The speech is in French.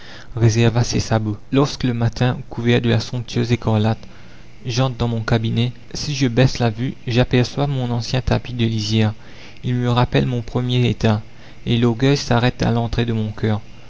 réserva ses sabots lorsque le matin couvert de la somptueuse écarlate j'entre dans mon cabinet si je baisse la vue j'aperçois mon ancien tapis de lisières il me rappelle mon premier état et l'orgueil s'arrête à l'entrée de mon coeur